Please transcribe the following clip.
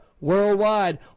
worldwide